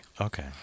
Okay